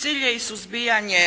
Cilj je i suzbijanje